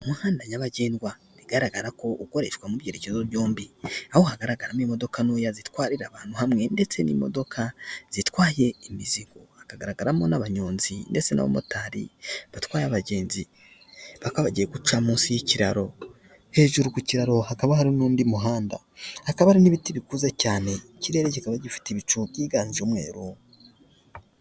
Umuhanda nyabagendwa bigaragara ko ukoreshwa mu byebyerekezo byombi aho hagaragaramo imodoka ntoya zitwarira abantu hamwe ndetse n'imodoka zitwaye imizigo, hakagaragaramo n'abanyonzi ndetse n'abamotari batwaye abagenzi bakaba bagiye guca munsi y'ikiraro, hejuru ku kiro hakaba hari n'undi muhanda, hakaba harimo ibiti bikuza cyane ikirere kikaba gifite ibicu byiganje umweru.